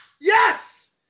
yes